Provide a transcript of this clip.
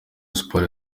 sports